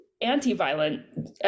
anti-violent